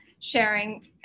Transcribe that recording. sharing